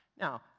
Now